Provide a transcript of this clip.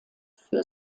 für